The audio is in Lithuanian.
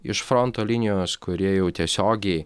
iš fronto linijos kurie jau tiesiogiai